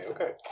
Okay